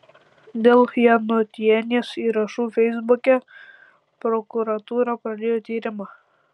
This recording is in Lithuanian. dėl janutienės įrašų feisbuke prokuratūra pradėjo tyrimą